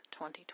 2020